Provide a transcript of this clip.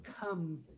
come